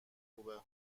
خوبه